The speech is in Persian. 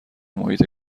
محیط